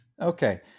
Okay